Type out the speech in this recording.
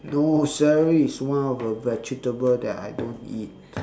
no celery is one of a vegetable that I don't eat